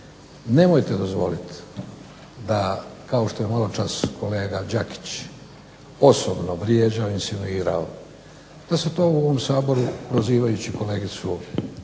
Nemojte dozvoliti da kao što je malo čas kolega Đakić osobno vrijeđao i insinuirao, da se to u ovom Saboru prozivajući kolegicu